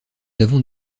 avons